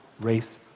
race